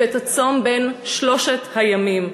ואת הצום בן שלושת הימים,